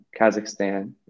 Kazakhstan